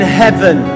heaven